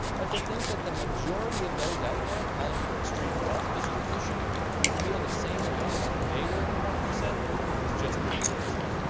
but to think that the majority of those out there calling for extreme wealth distribution would feel the same way if they were in the one percent is just not realistic.